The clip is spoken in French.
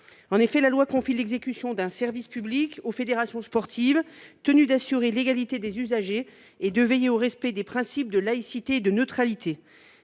valeurs ! La loi confie l’exécution d’un service public aux fédérations sportives, tenues d’assurer l’égalité des usagers et de veiller au respect des principes de laïcité et de neutralité.